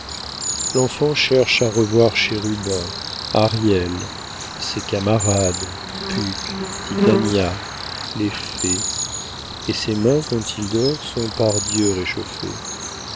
l'enfant cherche à revoir chérubin ariel ses camarades puck titania les fées et ses mains quand il dort sont par dieu réchauffées